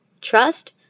Trust